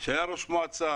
שהיה ראש מועצה,